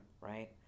right